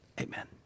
Amen